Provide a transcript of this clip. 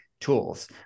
Tools